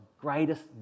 greatest